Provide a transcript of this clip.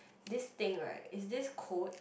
this thing right is this code